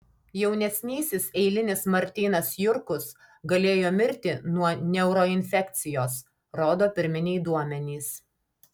jaunesnysis eilinis martynas jurkus galėjo mirti nuo neuroinfekcijos rodo pirminiai duomenys